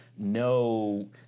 no